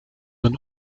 than